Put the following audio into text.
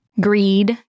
greed